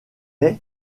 est